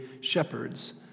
shepherds